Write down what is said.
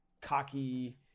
cocky